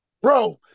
Bro